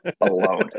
alone